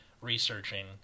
researching